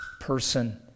person